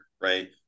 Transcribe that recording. Right